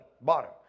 Bottom